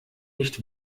nicht